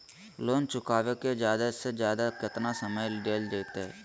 Loan चुकाबे के जादे से जादे केतना समय डेल जयते?